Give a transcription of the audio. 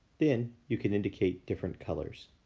then you can indicate different colors.